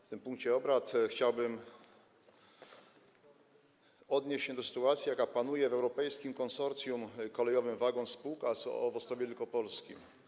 W tym punkcie obrad chciałbym odnieść się do sytuacji, jaka panuje w Europejskim Konsorcjum Kolejowym Wagon sp. z o.o. w Ostrowie Wielkopolskim.